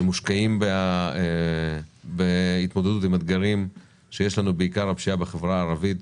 שמושקעים בהתמודדות עם אתגרים שיש לנו בעיקר עם הפשיעה בחברה הערבית,